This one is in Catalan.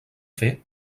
fer